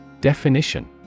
Definition